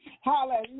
Hallelujah